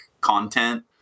content